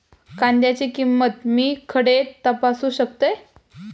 कांद्याची किंमत मी खडे तपासू शकतय?